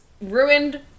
ruined